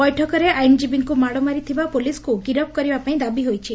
ବୈଠକରେ ଆଇନ୍ଜୀବୀଙ୍କୁ ମାଡ଼ମାରି ଥିବା ପୁଲିସ୍ଙ୍କୁ ଗିରଫ୍ କରିବା ପାଇଁ ଦାବି ହୋଇଛି